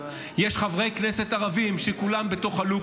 יש חברי כנסת ערבים שכולם בתוך הלופ